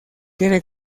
tiene